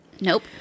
Nope